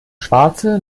schwarze